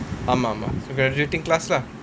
ஆமா ஆமா:aamaa aamaa so graduating class lah